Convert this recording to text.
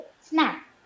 snap